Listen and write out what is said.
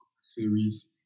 series